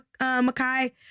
Makai